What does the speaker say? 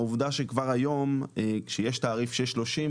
העובדה שכבר היום שיש תעריף של 30,